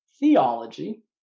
theology